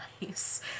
nice